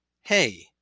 hey